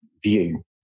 view